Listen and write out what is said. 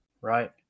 right